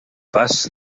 pas